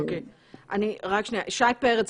שי פרץ,